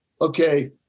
okay